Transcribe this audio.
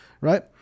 right